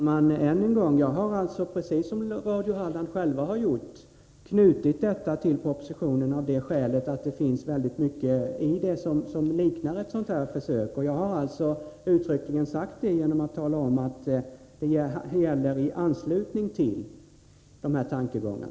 Herr talman! Än en gång: Jag har alltså gjort precis som man gjort från Radio Halland och knutit detta till propositionen av det skälet att det finns mycket i propositionen som liknar den här typen av försöksverksamhet. Jag har ju uttryckligen sagt ”i anslutning till försöken med kommunala frizoner”.